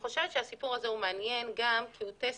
הסיפור הזה מעניין גם כי הוא מקרה